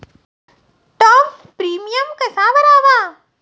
Term premium कसा भरावा?